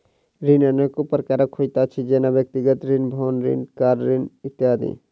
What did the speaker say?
ऋण अनेको प्रकारक होइत अछि, जेना व्यक्तिगत ऋण, भवन ऋण, कार ऋण इत्यादि